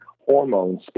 hormones